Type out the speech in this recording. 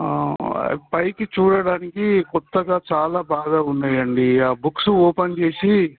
పైకి చూడడానికి కొత్తగా చాలా బాగా ఉన్నాయండి ఆ బుక్స్ ఓపెన్ చేసి